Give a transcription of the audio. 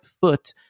foot